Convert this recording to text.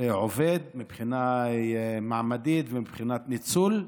עובד מבחינה מעמדית, מבחינת ניצול,